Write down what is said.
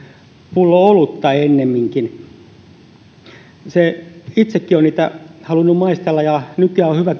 pullo olutta ennemminkin itsekin olen halunnut niitä maistella ja nykyään on hyvä